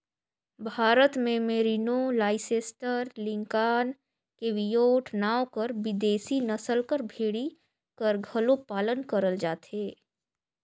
भारत में merino, Leicester, Lincoln, Cheviot नांव कर बिदेसी नसल कर भेड़ी कर घलो पालन करल जाथे